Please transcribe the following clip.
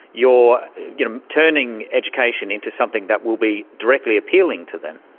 you're you know turning education into something that will be directly appealing to them.